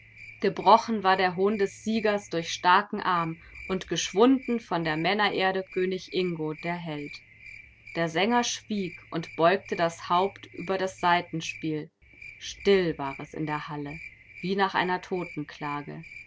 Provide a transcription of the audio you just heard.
gerochen war der hohn des siegers durch starken arm und geschwunden von der männererde könig ingo der held der sänger schwieg und beugte das haupt über das saitenspiel still war es in der halle wie nach einer